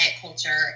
culture